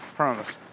Promise